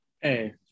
Hey